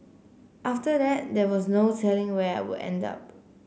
after that there was no telling where I would end up